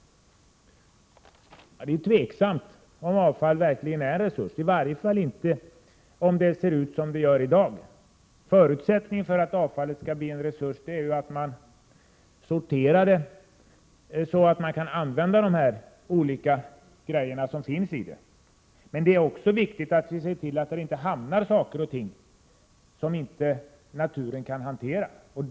Det är OM ju tveksamt om avfall verkligen är en resurs — i varje fall inte om det ser ut som det gör i dag. Förutsättningen för att avfallet skall bli en resurs är ju att man sorterar det så att man kan använda det på olika sätt, men det är också viktigt att se till att där inte hamnar saker och ting som naturen inte kan hantera.